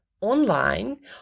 online